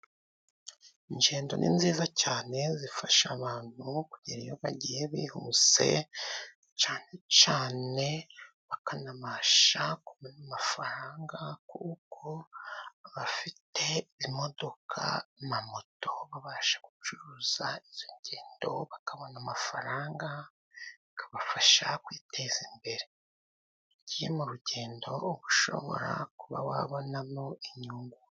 Ingendo ni nziza cyane, zifasha abantu nko kugera iyo bagiye bihuse, cyane cyane bakanabasha kubona amafaranga, kuko abafite imodoka na moto babasha gucuruza, izo ngendo bakabona amafaranga bikabafasha kwiteza imbere, iyo ugiye mu rugendo uba ushobora kuba wabonamo inyungu.